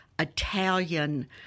Italian